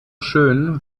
schön